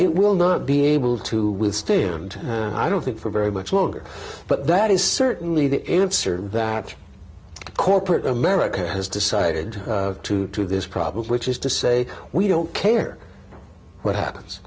it will not be able to withstand and i don't think for very much longer but that is certainly the answer that corporate america has decided to to this problem which is to say we don't care what happens